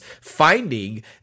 finding